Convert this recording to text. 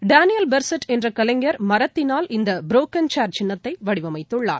Daniel பெர்சுட் என்ற கலைஞர் மரத்தினால் இந்த புரோக்கள் சேர் சின்னத்தை வடிவமைத்துள்ளார்